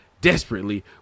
desperately